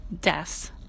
deaths